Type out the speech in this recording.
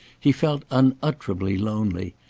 he felt unutterably lonely.